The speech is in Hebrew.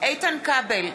איתן כבל,